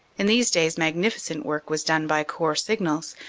in these days magnificent work was done by corps signals,